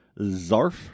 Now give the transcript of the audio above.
Zarf